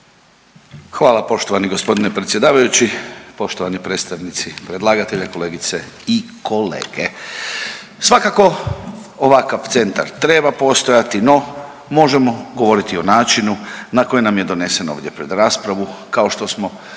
Hvala poštovani gospodine predsjedavajući. Poštovani predstavnici predlagatelja i kolegice i kolege, svakako ovakav centar treba postojati no možemo govoriti o načinu na koji nam je donesen ovdje pred raspravu kao što smo rekli